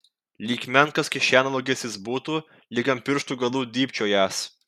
lyg menkas kišenvagis jis būtų lyg ant pirštų galų dybčiojąs